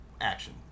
action